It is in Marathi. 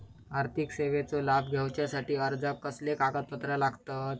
आर्थिक सेवेचो लाभ घेवच्यासाठी अर्जाक कसले कागदपत्र लागतत?